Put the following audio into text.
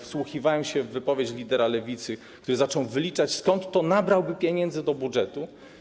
Wsłuchiwałem się w wypowiedź lidera Lewicy, który zaczął wyliczać, skąd to nabrałby pieniędzy do budżetu.